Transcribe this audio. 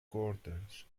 quarters